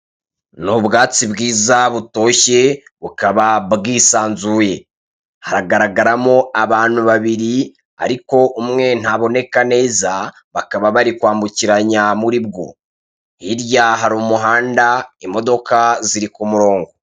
Ni ubwatsi bwiza butoshye, bukaba bwisanzuye. Haragaragaramo abantu babiri ariko umwe ntaboneka neza, bakaba bari kwambukiranya muri bwo. Hirya hari umuhanda, imodoka ziri ku murongo.